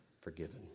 forgiven